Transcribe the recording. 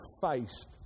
faced